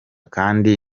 kandi